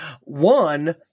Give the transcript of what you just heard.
One